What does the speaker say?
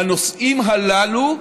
בנושאים הללו,